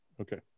Okay